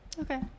Okay